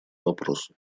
вопросу